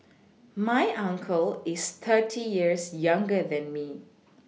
my uncle is thirty years younger than me